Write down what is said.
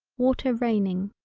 water raining.